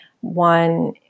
one